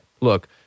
look